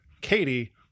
Katie